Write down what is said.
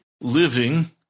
living